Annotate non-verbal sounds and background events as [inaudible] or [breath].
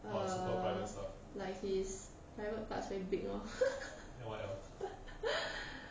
err like his private parts very big lor [laughs] [breath]